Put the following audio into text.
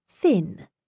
thin